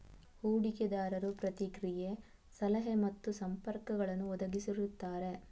ಹೂಡಿಕೆದಾರರು ಪ್ರತಿಕ್ರಿಯೆ, ಸಲಹೆ ಮತ್ತು ಸಂಪರ್ಕಗಳನ್ನು ಒದಗಿಸುತ್ತಾರೆ